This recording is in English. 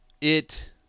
It-